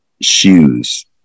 shoes